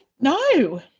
No